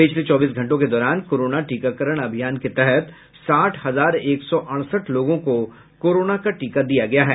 पिछले चौबीस घंटों के दौरान कोरोना टीकाकरण अभियान के तहत साठ हजार एक सौ अड़सठ लोगों को कोरोना का टीका दिया गया है